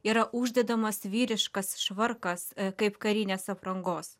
yra uždedamas vyriškas švarkas kaip karinės aprangos